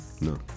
No